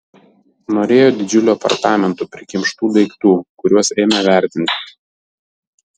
norėjo didžiulių apartamentų prikimštų daiktų kuriuos ėmė vertinti